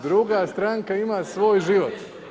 Druga stranka ima svoj život.